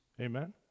Amen